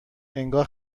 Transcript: انگار